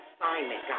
assignment